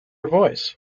voice